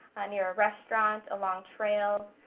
near a restaurant, along trails.